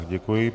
Děkuji.